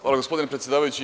Hvala gospodine predsedavajući.